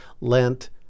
lent